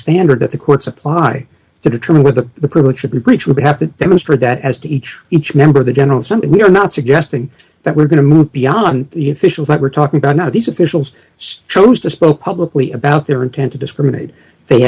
standard that the courts apply to determine whether the privilege should be breach would have to demonstrate that as to each each member of the general something we're not suggesting that we're going to move beyond the official that we're talking about now these officials chose to spoke publicly about their intent to discriminate they